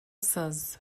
says